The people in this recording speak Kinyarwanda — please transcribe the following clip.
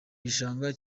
gishanga